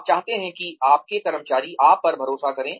आप चाहते हैं कि आपके कर्मचारी आप पर भरोसा करें